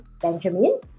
Benjamin